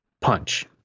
punch